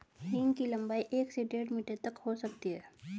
हींग की लंबाई एक से डेढ़ मीटर तक हो सकती है